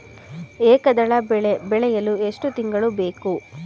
ಏಕದಳ ಬೆಳೆ ಬೆಳೆಯಲು ಎಷ್ಟು ತಿಂಗಳು ಬೇಕು?